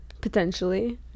Potentially